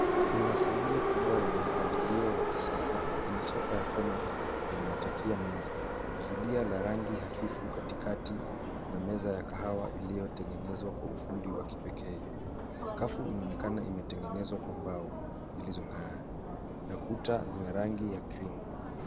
Kuna sebule kubwa yenye mpangilio wa kisasa ina sofa yenye matakia mengi. Zulia la rangi hafifu katikati na meza ya kahawa iliyotengenezwa kwa ufundi wa pekee. Sakafu inaonekana imetengenezwa kwa mbao zilizong'aa na kuta za rangi ya krimu.